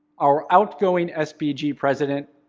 our outgoing ah spg president,